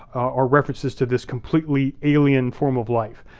are references to this completely alien form of life,